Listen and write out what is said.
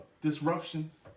disruptions